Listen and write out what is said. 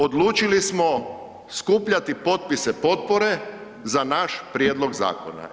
Odlučili smo skupljati potpise potpore za naš prijedlog zakona.